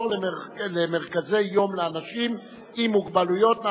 (פטור למרכזי יום לאנשים עם מוגבלויות).